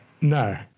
No